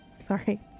Sorry